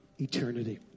eternity